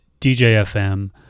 DJFM